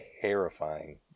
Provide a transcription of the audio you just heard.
terrifying